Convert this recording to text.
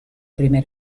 primer